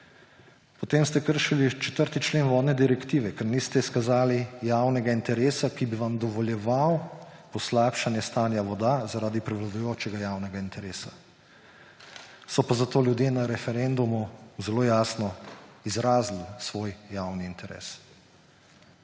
Potem ste kršili 4. člen Vodne direktive, ker niste izkazali javnega interesa, ki bi vam dovoljeval poslabšanje stanja voda zaradi prevladujočega javnega interesa. So pa zato ljudje na referendumu zelo jasno izrazili svoj javni interes.